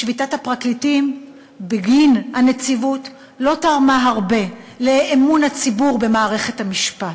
שביתת הפרקליטים בגין הנציבות לא תרמה הרבה לאמון הציבור במערכת המשפט.